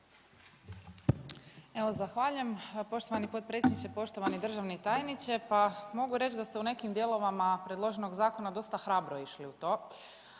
Evo zahvaljujem. Poštovani potpredsjedniče, poštovani državni tajniče. Pa mogu reći da ste u nekim dijelovima predloženog zakona dosta hrabro išli u to.